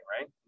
right